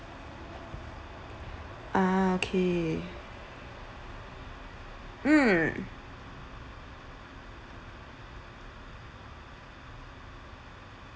ah okay mm